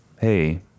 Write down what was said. hey